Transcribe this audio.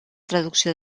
traducció